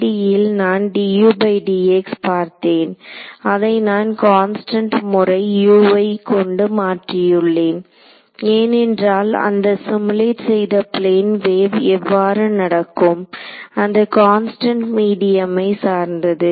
1D ல் நான் dudx பார்த்தேன் அதை நான் கான்ஸ்டன்ட் முறை u வை கொண்டு மாற்றியுள்ளேன் ஏனென்றால் அந்த சிமுலேட் செய்த பிளேன் வேவ் எவ்வாறு நடக்கும் அந்த கான்ஸ்டன்ட் மீடியம்மை சார்ந்தது